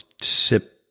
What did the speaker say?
sip